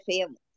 families